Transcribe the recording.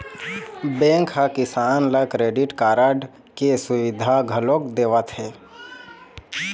bank ह किसान ल क्रेडिट कारड के सुबिधा घलोक देवत हे